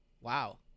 Wow